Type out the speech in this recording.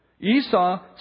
Esau